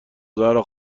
زهرا